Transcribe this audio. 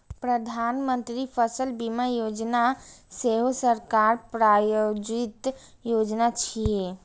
प्रधानमंत्री फसल बीमा योजना सेहो सरकार प्रायोजित योजना छियै